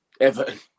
Everton